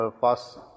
fast